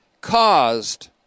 caused